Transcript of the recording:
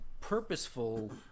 purposeful